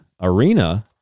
Arena